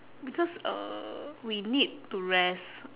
because uh we need to rest